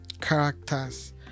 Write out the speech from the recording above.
characters